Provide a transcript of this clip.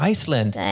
Iceland